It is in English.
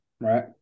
right